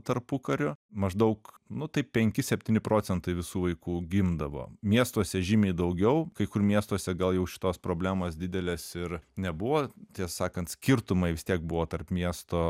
tarpukariu maždaug nu taip penki septyni procentai visų vaikų gimdavo miestuose žymiai daugiau kai kur miestuose gal jau šitos problemos didelės ir nebuvo tiesą sakant skirtumai vis tiek buvo tarp miesto